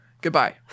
Goodbye